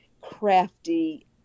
crafty